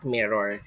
Mirror